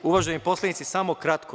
Uvaženi poslanici samo kratko.